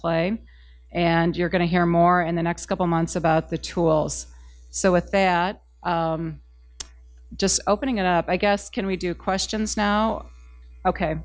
play and you're going to hear more and the next couple months about the tools so with that just opening it up i guess can we do questions now ok